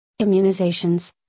immunizations